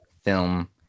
film